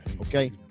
okay